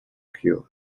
cue